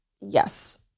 Yes